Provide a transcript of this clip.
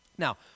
Now